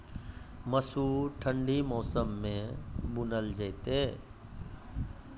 मसूर ठंडी मौसम मे बूनल जेतै?